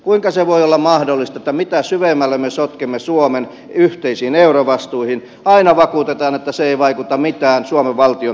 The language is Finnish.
kuinka se voi olla mahdollista että mitä syvemmälle me sotkemme suomen yhteisiin eurovastuihin aina vakuutetaan että se ei vaikuta mitään suomen valtiontalouteen